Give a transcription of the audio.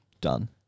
done